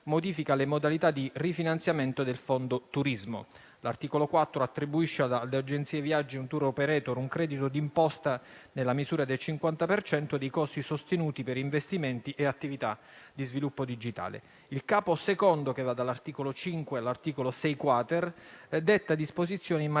Il Capo II, che va dall'articolo 5 all'articolo 6-*quater*, detta disposizioni in materia